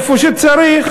איפה שצריך.